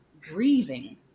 grieving